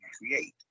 create